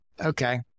Okay